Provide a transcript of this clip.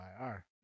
IR